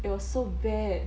it was so bad